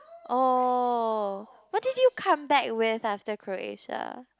oh what did you come back with after Croatia